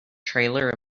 trailer